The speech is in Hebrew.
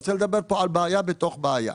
אני רוצה לדבר פה על בעיה בתוך בעיה.